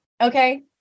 Okay